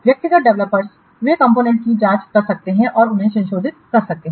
व्यक्तिगत डेवलपर्स वे घटकों की जांच कर सकते हैं और उन्हें संशोधित कर सकते हैं